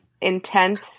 intense